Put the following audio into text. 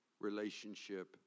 relationship